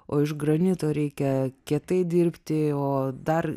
o iš granito reikia kietai dirbti o dar